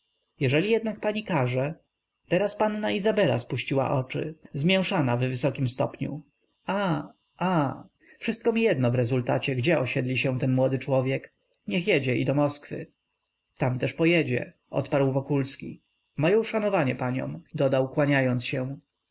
jeżeli jednak pani każe teraz panna izabela spuściła oczy zmięszana w wysokim stopniu a a wszystko mi jedno w rezultacie gdzie osiedli się ten młody człowiek niech jedzie i do moskwy tam też pojedzie odparł wokulski moje uszanowanie paniom dodał kłaniając się